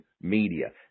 media